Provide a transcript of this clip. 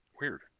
Weird